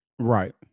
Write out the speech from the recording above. Right